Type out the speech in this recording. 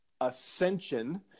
Ascension